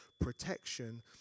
protection